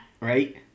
right